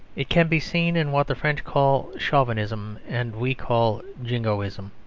it can be seen in what the french call chauvinism and we call jingoism.